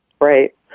right